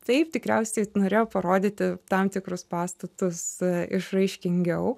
taip tikriausiai norėjo parodyti tam tikrus pastatus išraiškingiau